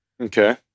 Okay